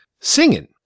singing